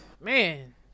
man